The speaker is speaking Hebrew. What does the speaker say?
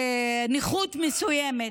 נכות מסוימת,